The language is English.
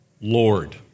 Lord